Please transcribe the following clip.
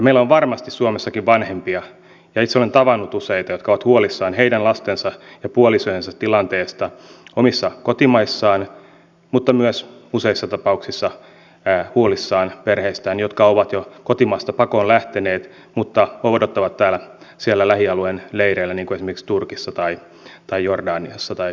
meillä on varmasti suomessakin vanhempia ja itse olen tavannut useita jotka ovat huolissaan heidän lastensa ja puolisojensa tilanteesta omissa kotimaissaan mutta myös useissa tapauksissa huolissaan perheistään jotka ovat jo kotimaasta pakoon lähteneet mutta odottavat siellä lähialueen leireillä niin kuin esimerkiksi turkissa jordaniassa tai libanonissa